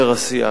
יותר עשייה,